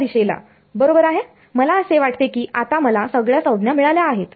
च्या दिशेला बरोबर आहे मला असे वाटते की आता मला सगळ्या संज्ञा मिळाल्या आहेत